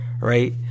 right